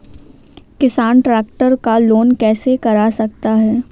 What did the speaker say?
किसान ट्रैक्टर का लोन कैसे करा सकता है?